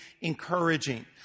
encouraging